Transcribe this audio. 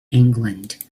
england